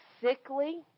sickly